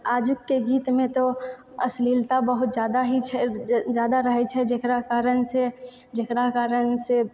आजुके गीतमे तो अश्लीलता बहुत जादा ही छै जादा रहै छै जकरा कारणसँ जेकरा कारणसँ